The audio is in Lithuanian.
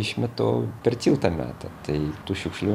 išmeta o per tiltą meta tai tų šiukšlių